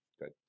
good